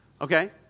Okay